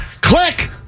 click